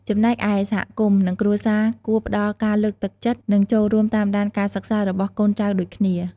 ចំណែកឯ សហគមន៍ និងគ្រួសារគួរផ្ដល់ ការលើកទឹកចិត្ត និង ចូលរួមតាមដានការសិក្សា របស់កូនចៅដូចគ្នា។